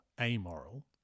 amoral